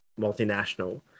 multinational